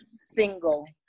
single